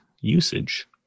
usage